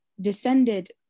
descended